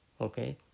Okay